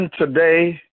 today